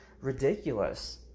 ridiculous